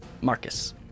Marcus